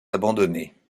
abandonnés